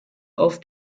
auf